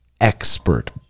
expert